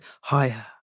higher